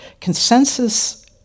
consensus